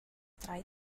drei